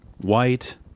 white